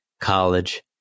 college